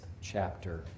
chapter